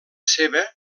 seva